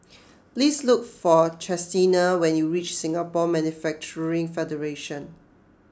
please look for Chestina when you reach Singapore Manufacturing Federation